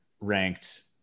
ranked